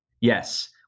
Yes